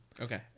Okay